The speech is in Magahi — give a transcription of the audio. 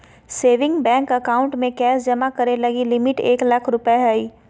सेविंग बैंक अकाउंट में कैश जमा करे लगी लिमिट एक लाख रु हइ